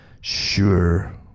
Sure